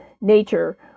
nature